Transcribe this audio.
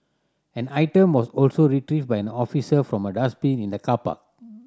an item was also retrieved by an officer from a dustbin in the car park